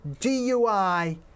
DUI